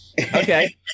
Okay